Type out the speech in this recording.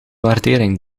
waardering